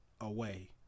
away